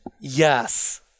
Yes